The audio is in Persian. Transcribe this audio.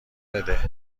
بده